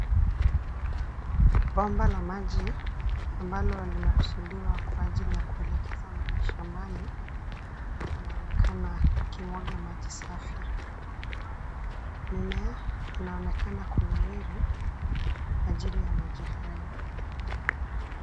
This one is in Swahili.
Bomba la maji ambalo limekusudiwa kwa ajili ya kuelekeza maji shambani linaonekana likimwaga maji masafi. Mimea inaonekana kunawiri kwa ajili ya maji hayo.